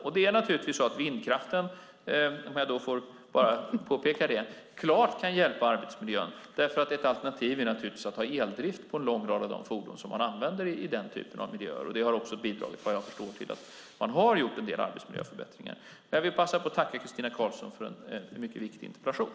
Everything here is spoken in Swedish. Låt mig bara påpeka att vindkraften klart kan hjälpa arbetsmiljön eftersom ett alternativ är att ha eldrift på en lång rad av de fordon som man använder i denna typ av miljöer. Vad jag förstår har detta också bidragit till att man har gjort en del arbetsmiljöförbättringar. Jag vill passa på att tacka Christina Karlsson för en mycket viktig interpellation.